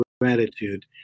gratitude